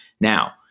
Now